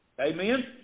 amen